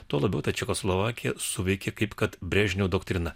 tuo labiau ta čekoslovakija suveikė kaip kad brėžnevo doktrina